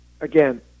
again